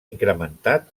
incrementat